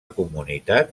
comunitat